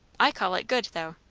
i call it good, though.